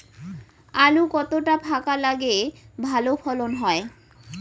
আলু কতটা ফাঁকা লাগে ভালো ফলন হয়?